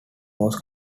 was